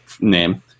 name